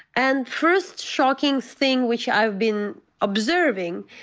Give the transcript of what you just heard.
and first shocking thing which i've been observing,